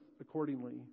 accordingly